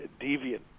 deviant